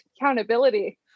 accountability